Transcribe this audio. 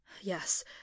yes